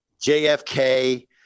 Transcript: JFK